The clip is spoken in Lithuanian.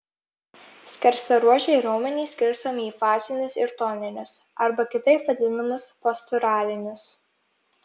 skersaruožiai raumenys skirstomi į fazinius ir toninius arba kitaip vadinamus posturalinius